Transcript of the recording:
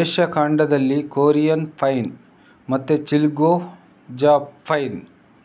Asia ಖಂಡದಲ್ಲಿ Korean pine ಮತ್ತೆ chilgoza pine